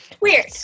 weird